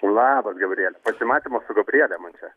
labas gabriele pasimatymas su gabriele man čia